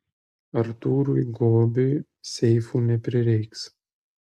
artūrui gobiui seifų neprireiks